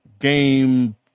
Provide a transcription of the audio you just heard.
game